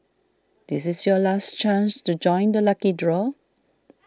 this is your last chance to join the lucky draw